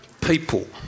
people